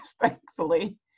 thankfully